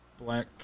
Black